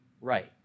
right